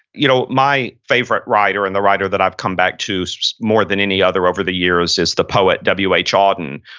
you know my favorite writer and the writer that i've come back to so more than any other over the years is the poet, w h. auden.